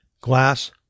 glass